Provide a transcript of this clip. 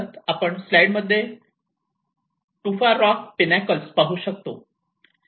आपण स्लाईड मध्ये tufa rock pinnacles पाहू शकता